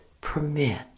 permit